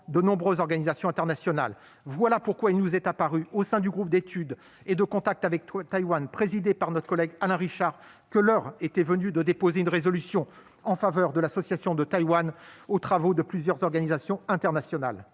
de nombreuses organisations internationales. Voilà pourquoi il nous est apparu, au sein du groupe d'échanges et d'études avec Taïwan, présidé par notre collègue Alain Richard, que l'heure était venue de déposer une proposition de résolution en faveur de l'association de Taïwan aux travaux de plusieurs organisations internationales.